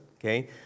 okay